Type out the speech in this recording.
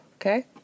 okay